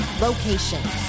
location